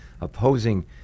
opposing